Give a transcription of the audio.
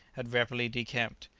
had rapidly decamped.